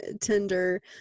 tinder